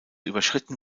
überschritten